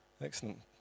Excellent